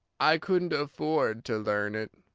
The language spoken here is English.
i couldn't afford to learn it,